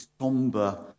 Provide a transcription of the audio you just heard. somber